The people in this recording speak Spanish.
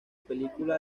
película